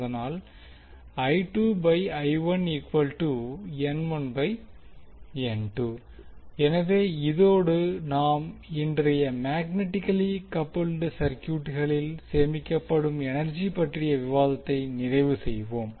அதனால் எனவே இதோடு நாம் இன்றைய மேக்னட்டிகலி கபுல்ட் சர்க்யூட்களில் சேமிக்கப்படும் எனெர்ஜி பற்றிய விவாதத்தை நிறைவு செய்வோம்